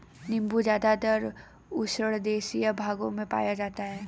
नीबू ज़्यादातर उष्णदेशीय भागों में पाया जाता है